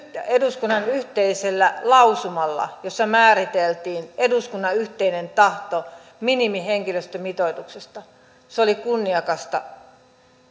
eduskunnan yhteisellä lausumalla jossa määriteltiin eduskunnan yhteinen tahto minimihenkilöstömitoituksesta se oli kunniakasta